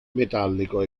metallico